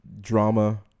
drama